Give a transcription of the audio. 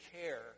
care